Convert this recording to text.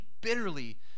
bitterly